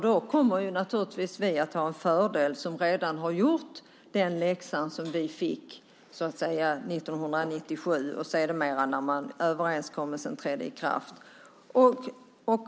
Då kommer naturligtvis vi att ha en fördel som redan har gjort den läxa vi fick 1997 och sedermera när överenskommelsen trädde i kraft.